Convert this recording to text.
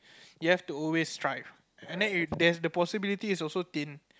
you have to always strive and then it there is the possibility is also thin